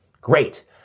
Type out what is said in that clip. great